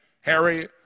Harry